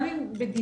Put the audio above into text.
גם אם בדיבור,